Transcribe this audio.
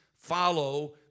follow